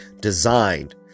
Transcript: designed